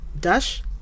Dash